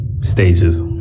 Stages